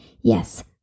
Yes